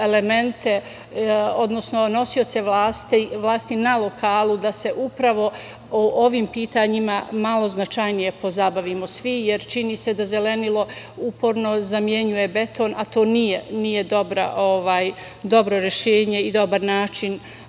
elemente, odnosno nosioce vlasti na lokalu da se upravo ovim pitanjima malo značajnije pozabavimo svi, jer čini se da zelenilo uporno zamenjuje beton, a to nije dobro rešenje i dobar način